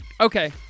Okay